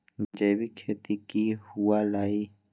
जैविक खेती की हुआ लाई?